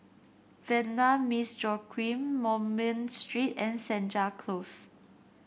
Vanda Miss Joaquim Moulmein Street and Senja Close